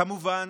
"כמובן",